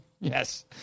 Yes